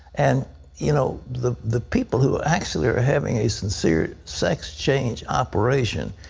and you know the the people who actually are having a sincere sex change operation,